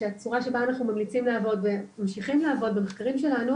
שהצורה שבה אנחנו ממליצים לעבוד וממשיכים לעבוד במחקרים שלנו